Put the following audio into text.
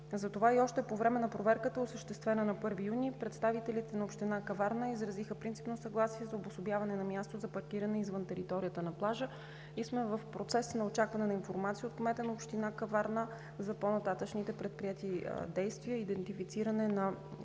Затова още по време на проверката, осъществена на 1 юни 2017 г., представителите на община Каварна изразиха принципно съгласие за обособяване на място за паркиране извън територията на плажа и сме в процес на очакване на информация от кмета на община Каварна за по-нататъшните предприети действия и индентифициране на